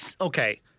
okay